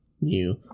new